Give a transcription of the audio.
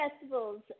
Festival's